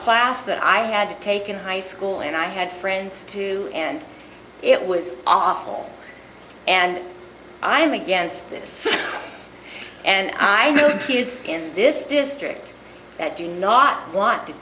class that i had to take in high school and i had friends too and it was awful and i am against this and i good kids in this district that do not want to